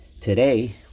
Today